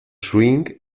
swing